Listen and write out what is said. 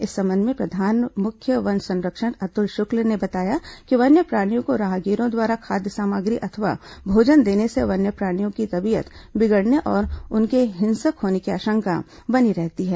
इस संबंध में प्रधान मुख्य वन संरक्षण अतुल शुक्ल ने बताया है कि वन्य प्राणियों को राहगीरों द्वारा खाद्य सामग्री अथवा भोजन देने से वन्य प्राणियों की तबीयत बिगड़ने और उनके हिंसक होने की आशंका बनी रहती है